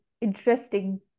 interesting